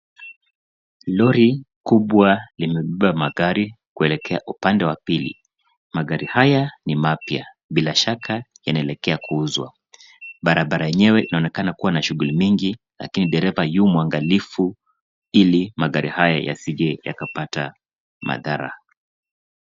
Lori kubwa limebeba magari kuelekea upande wa pili. Magari haya ni mapya, bila shaka yanaelekea kuuzwa. Barabara yenyewe inaonekana kuwa na shughuli nyingi lakini dereva yu mwangalifu ili magari haya yasije yakapata madhara.